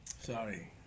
Sorry